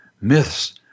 Myths